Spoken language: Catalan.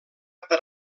per